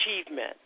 achievement